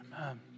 Amen